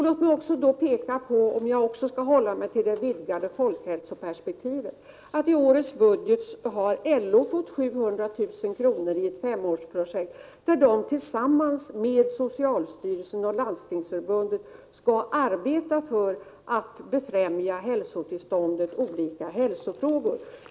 Låt mig också peka på, om jag också skall hålla mig till det vidgade folkhälsoperspektivet, att i årets budget har LO fått 700 000 kr. till ett femårsprojekt för att tillsammans med socialstyrelsen och Landstingsförbundet arbeta med att befrämja hälsotillståndet och med olika hälsofrågor.